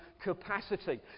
capacity